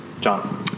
John